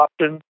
option